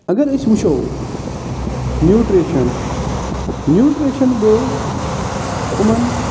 اگر أسۍ وٕچھَو نیوٗٹریشَن نیوٗٹریشَن گوٚو یِمَن